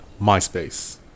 Myspace